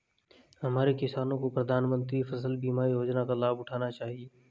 हमारे किसानों को प्रधानमंत्री फसल बीमा योजना का लाभ उठाना चाहिए